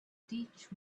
teach